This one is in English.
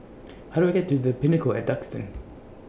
How Do I get to The Pinnacle At Duxton